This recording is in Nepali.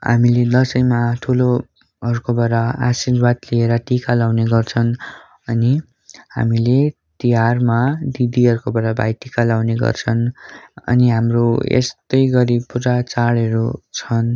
हामीले दसैँमा ठुलोहरूकोबाट आशीर्वाद लिएर टिका लाउने गर्छन् अनि हामीले तिहारमा दिदीहरूकोबाट भाइटिका लाउने गर्छन् अनि हाम्रो यस्तै गरी पूजा चाडहरू छन्